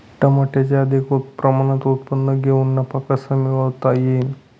टमाट्याचे अधिक प्रमाणात उत्पादन घेऊन नफा कसा मिळवता येईल?